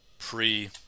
pre